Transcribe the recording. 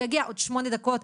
הוא יגיע עוד 8 דקות,